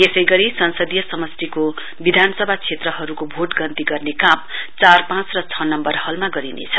यसै गरी संसदीय समस्टीको विधानसभा क्षेत्रहरुको भोट गन्ती गर्ने काम चार पाँच र छ नम्वर हलमा गरिनेछ